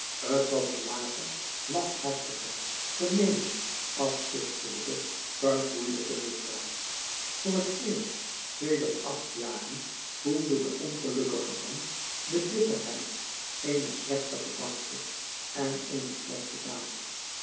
t was een lage lafhartige gemeene afzichtelijke verfoeielijke misdaad voor het eerst sedert acht jaren voelde de ongelukkige man de bitterheid eener slechte gedachte en eener slechte daad